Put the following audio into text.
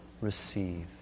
receive